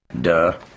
Duh